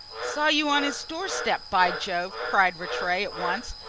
saw you on his doorstep, by jove! cried rattray at once.